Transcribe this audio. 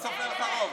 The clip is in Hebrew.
בסוף לא יהיה לך רוב.